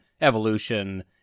evolution